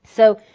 so,